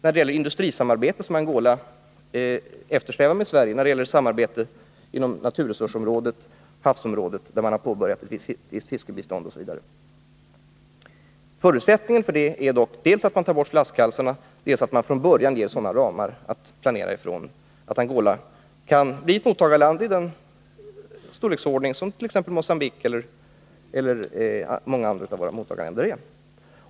Det gäller industrisamarbete som Angola eftersträvar med Sverige, samarbete inom naturresursområdet och inom havsområdet, där man har påbörjat ett fiskebistånd osv. Förutsättningen för detta är dock dels att flaskhalsarna avskaffas, dels att man från början ger sådana ramar för planeringen att Angola kan bli ett mottagarland av samma storleksordning som gäller för exempelvis Mogambique liksom för många andra mottagarländer.